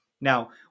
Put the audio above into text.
Now